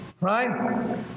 Right